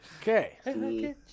Okay